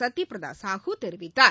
கத்ய பிரதா சாஹூ தெரிவித்தார்